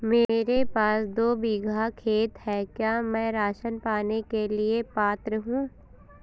मेरे पास दो बीघा खेत है क्या मैं राशन पाने के लिए पात्र हूँ?